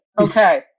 Okay